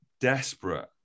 desperate